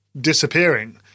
disappearing